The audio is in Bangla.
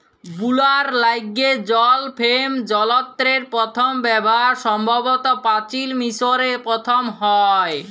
বুলার ল্যাইগে জল ফেম যলত্রের পথম ব্যাভার সম্ভবত পাচিল মিশরে পথম হ্যয়